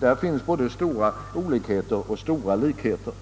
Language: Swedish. Där finns både stora likheter och stora olikheter.